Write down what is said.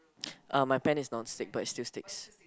uh my pan is non stick but it still sticks